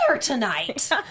tonight